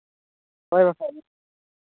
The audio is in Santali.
ᱦᱳᱭ